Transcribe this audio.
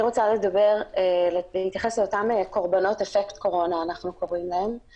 אני רוצה להתייחס לאותם קורבנות --- כל אותן